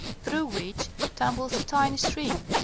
through which tumbles a tiny stream,